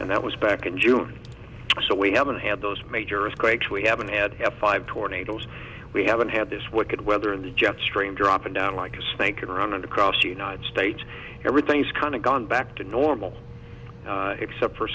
and that was back in june so we haven't had those major earthquakes we haven't had five tornadoes we haven't had this wicked weather in the jet stream dropping down like a snake around and across united states everything's kind of gone back to normal except for